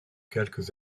quelques